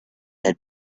had